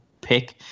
pick